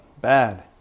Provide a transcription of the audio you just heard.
bad